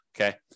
okay